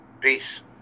Peace